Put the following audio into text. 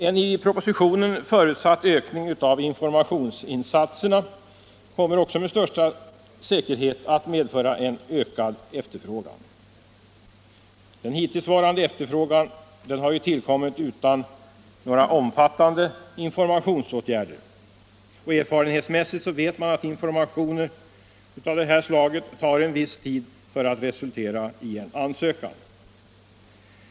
En i propositionen förutsatt ökning av informationsinsatserna kommer också med största säkerhet att medföra en ökad efterfrågan. Den hittillsvarande efterfrågan har tillkommit utan några omfattande informationsåtgärder. Erfarenhetsmässigt vet man att det tar en viss tid innan information av det här slaget resulterar i en ansökan.